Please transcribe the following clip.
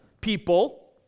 people